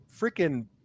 freaking